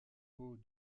faux